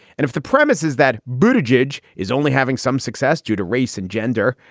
and if the premise is that boobage is only having some success due to race and gender,